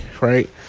right